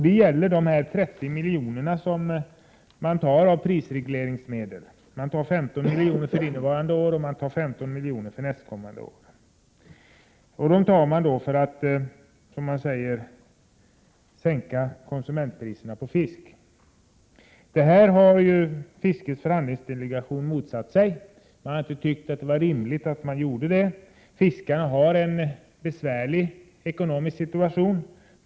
Det gäller de 30 miljoner som man tar av prisregleringsmedel; man tar 15 miljoner för innevarande år och man tar 15 miljoner för nästkommande år. Dessa medel tar man för att, som man säger, sänka konsumentpriserna på fisk. Det här har fiskets förhandlingsdelegation motsatt sig. Man har inte tyckt att det var rimligt att man gör på det sättet. Fiskarna har en besvärlig ekonomisk situation.